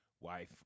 wife